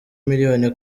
miliyoni